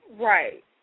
Right